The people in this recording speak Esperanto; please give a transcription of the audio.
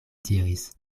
diris